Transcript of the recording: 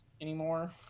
anymore